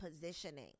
positioning